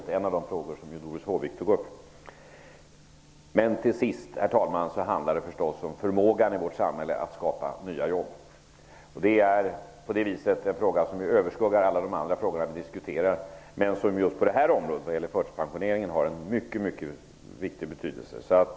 Det är ju en av de frågor som Doris Håvik tog upp. Herr talman! Till sist handlar det förstås om förmågan i vårt samhälle att skapa nya jobb. Det är en fråga som överskuggar alla de andra frågor vi diskuterar. På detta område, förtidspensioneringen, har den en mycket stor betydelse.